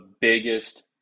biggest